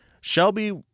Shelby